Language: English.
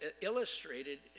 illustrated